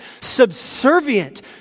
subservient